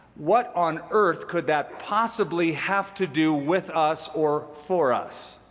what on earth could that possibly have to do with us or for us?